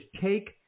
take